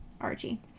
Archie